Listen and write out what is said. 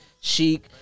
chic